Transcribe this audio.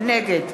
נגד